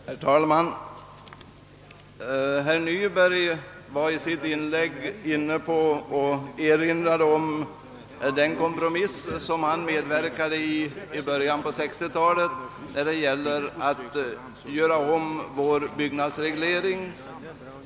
Herr talman! Herr Nyberg erinrade i sitt inlägg om den kompromiss han var med om att träffa i början på 1960 talet då det gällde att göra om vår byggnadsreglering.